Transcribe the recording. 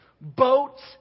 boats